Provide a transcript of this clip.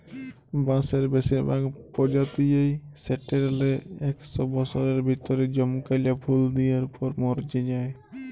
বাঁসের বেসিরভাগ পজাতিয়েই সাট্যের লে একস বসরের ভিতরে জমকাল্যা ফুল দিয়ার পর মর্যে যায়